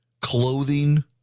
clothing